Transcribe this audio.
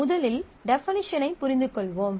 முதலில் டெபினிஷனைப் புரிந்துகொள்வோம்